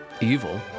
evil